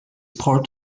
part